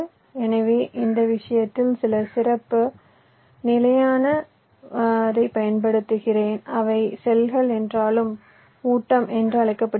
எனவே இந்த விஷயத்தில் சில சிறப்பு நிலையான செல்களைப் பயன்படுத்துகிறேன் அவை செல்கள் என்றாலும் ஊட்டம் என்று அழைக்கப்படுகின்றன